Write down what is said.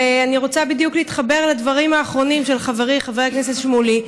ואני רוצה להתחבר בדיוק לדברים האחרונים של חברי חבר הכנסת שמולי.